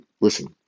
listen